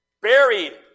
buried